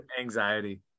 anxiety